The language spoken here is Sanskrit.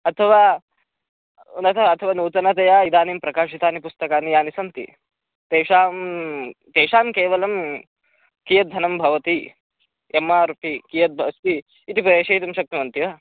अथवा नव अथवा नूतनतया इदानीं प्रकाशितानि पुस्तकानि यानि सन्ति तेषां तेषां केवलं कियद्धनं भवति एम् आर् पि कियद् भू अस्ति इति प्रेषयितुं शक्नुवन्ति वा